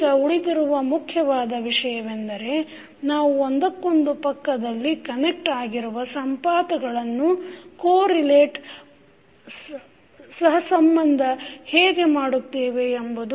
ಈಗ ಉಳಿದಿರುವ ಮುಖ್ಯವಾದ ವಿಷಯವೆಂದರೆ ನಾವು ಒಂದಕ್ಕೊಂದು ಪಕ್ಕದಲ್ಲೇ ಕನೆಕ್ಟ್ ಆಗಿರುವ ಸಂಪಾತಗಳನ್ನು ಕೋ ರಿಲೇಟ್ ಹೇಗೆ ಮಾಡುತ್ತೇವೆ ಎಂಬುದು